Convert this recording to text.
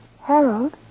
Harold